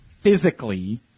physically